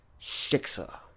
Shiksa